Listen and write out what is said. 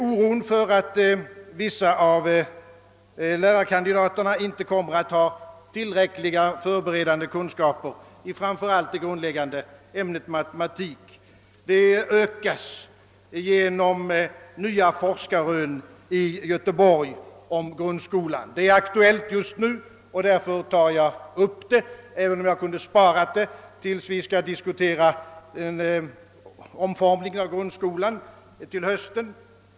Oron för att vissa av lärarkandidaterna inte kommer att ha tillräckliga förberedande kunskaper i framför allt det grundläggande ämnet matematik ökas genom nya forskarrön i Göteborg om grundskolan. Denna fråga är aktuell just nu, och därför tar jag upp den, även om jag kunde ha väntat till dess vi skall diskutera omformningen av grundskolan i höst.